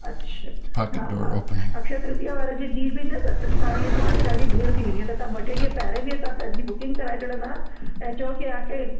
अच्छा हा हा अक्षय तृतीया वारे जे ॾींहं बि ईंदा त तव्हां ईअं सोचियो कि ॾाढी भीड़ थी वेंदी आहे त तव्हां ॿ टे ॾींहं पहिरे बि अचो तव्हां पंहिंजी बुकिंग कराए छॾंदा ऐं चओ कि तव्हां खे